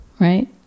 right